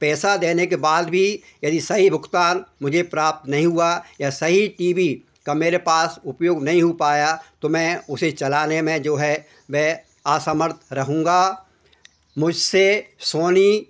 पैसा देने के बाद भी यदि सही भुगतान मुझे प्राप्त नहीं हुआ या सही टी वी का मेरे पास उपयोग नहीं हो पाया तो मैं उसे चलाने में जो है वह असमर्थ रहूँगा मुझसे सोनी